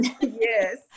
Yes